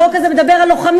החוק הזה מדבר על לוחמים,